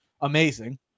amazing